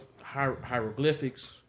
hieroglyphics